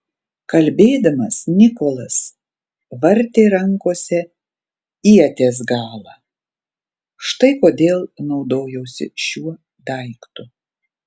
kalbėdamas nikolas vartė rankose ieties galą štai kodėl naudojausi šiuo daiktu